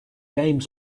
game